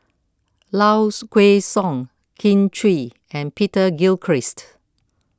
Lows Kway Song Kin Chui and Peter Gilchrist